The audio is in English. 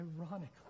ironically